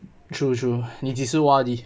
true true 你几时 O_R_D